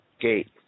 gate